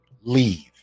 leave